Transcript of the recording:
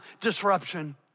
disruption